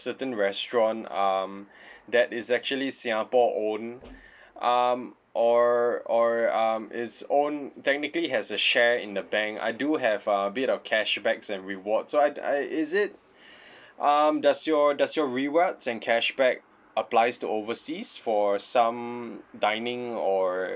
certain restaurant um that is actually singapore owned um or or um is owned technically has a share in the bank I do have a bit of cashbacks and rewards so I'd I is it um does your does your rewards and cashback applies to overseas for some dining or